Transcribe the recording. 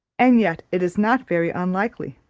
and yet it is not very unlikely.